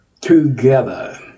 together